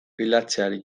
bilatzeari